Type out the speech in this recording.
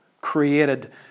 created